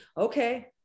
Okay